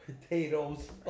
potatoes